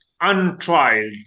untried